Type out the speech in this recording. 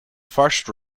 first